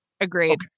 Agreed